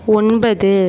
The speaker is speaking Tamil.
ஒன்பது